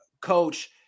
coach